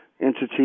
entity